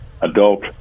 Adult